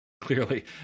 clearly